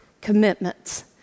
commitments